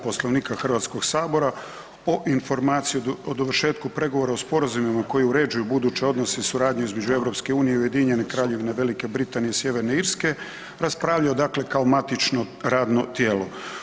Poslovnika HS o informaciji o dovršetku pregovora o sporazumima koji uređuju buduće odnose i suradnju između EU i Ujedinjene Kraljevine Velike Britanije i Sjeverne Irske raspravljao dakle kao matično radno tijelo.